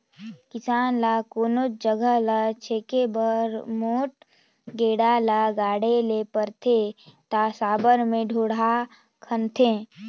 किसान ल कोनोच जगहा ल छेके बर मोट गेड़ा ल गाड़े ले परथे ता साबर मे ढोड़गा खनथे